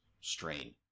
strain